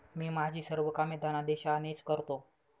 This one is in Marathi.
मी माझी सर्व कामे धनादेशानेच करतो